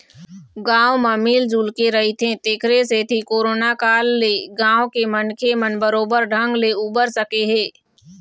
गाँव म मिल जुलके रहिथे तेखरे सेती करोना काल ले गाँव के मनखे मन बरोबर ढंग ले उबर सके हे